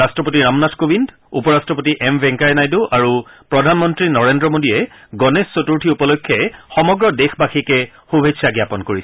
ৰাট্টপতি ৰামনাথ কোবিন্দ উপ ৰাট্টপতি এম ভেংকায়া নাইডু আৰু প্ৰধানমন্ত্ৰী নৰেন্দ্ৰ মোদীয়ে গণেশ চতুৰ্থী উপলক্ষে সমগ্ৰ দেশবাসীকে শুভেচ্ছা জ্ঞাপন কৰিছে